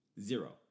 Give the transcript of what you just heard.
Zero